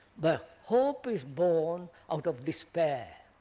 but hope is born out of despair.